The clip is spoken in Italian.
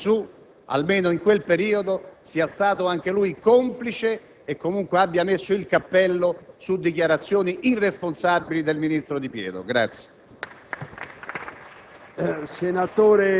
noto negli ambienti di piazza del Gesù, almeno in quel periodo, sia stato anche lui complice e abbia comunque messo il cappello su dichiarazioni irresponsabili del ministro Di Pietro.